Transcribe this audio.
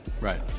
right